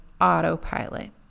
autopilot